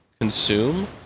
consume